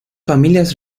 familias